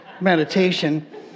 meditation